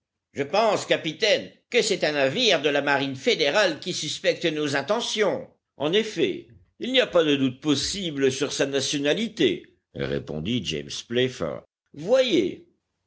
je pense capitaine que c'est un navire de la marine fédérale qui suspecte nos intentions en effet il n'y a pas de doute possible sur sa nationalité répondit james playfair voyez